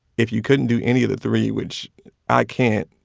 if you couldn't do any of the three, which i can't,